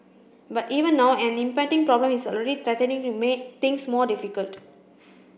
but even now an impending problem is already threatening to make things more difficult